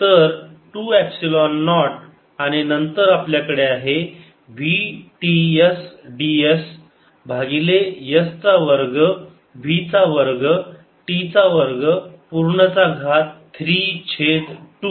तर 2 epsilon naught आणि नंतर आपल्याकडे आहे v t s ds भागीले s चा वर्ग v चा वर्ग t चा वर्ग पूर्ण चा घात 3 छेद 2